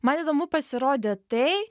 man įdomu pasirodė tai